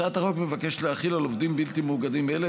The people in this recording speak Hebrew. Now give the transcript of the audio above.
הצעת החוק מבקשת להחיל על עובדים בלתי מאוגדים אלה